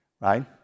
right